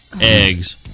eggs